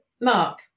Mark